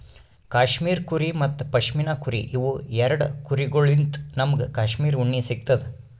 cashmere ಕುರಿ ಮತ್ತ್ ಪಶ್ಮಿನಾ ಕುರಿ ಇವ್ ಎರಡ ಕುರಿಗೊಳ್ಳಿನ್ತ್ ನಮ್ಗ್ ಕ್ಯಾಶ್ಮೀರ್ ಉಣ್ಣಿ ಸಿಗ್ತದ್